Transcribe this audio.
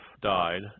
died